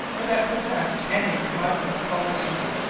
or that possessed any remarkable qualities.